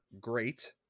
great